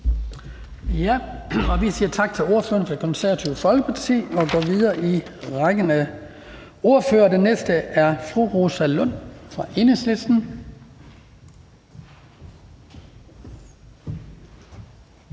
Vi siger tak til ordføreren for Det Konservative Folkeparti og går videre i rækken af ordførere. Den næste er fru Rosa Lund fra Enhedslisten.